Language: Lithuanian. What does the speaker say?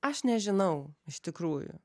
aš nežinau iš tikrųjų